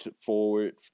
forward